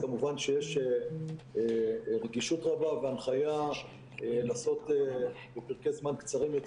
כמובן שיש רגישות רבה והנחיה לעשות בפרקי זמן קצרים יותר